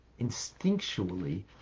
instinctually